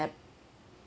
app